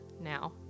now